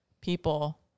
people